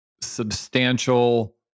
substantial